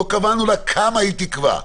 לא קבענו לה כמה היא תקבע,